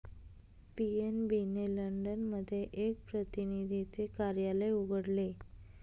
PNB ने London मध्ये एक प्रतिनिधीचे कार्यालय उघडले